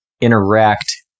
interact